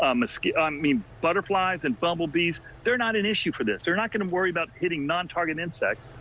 um so i mean butterflies and bumblebees, they're not an issue for this. they're not going to worry about hitting nontarget insects.